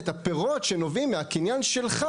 את הפירות שנובעים מהקניין שלך,